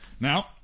now